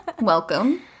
welcome